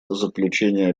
заключение